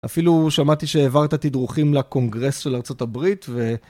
אפילו שמעתי שהעברת תדרוכים לקונגרס של ארה״ב, ו...